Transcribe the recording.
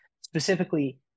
specifically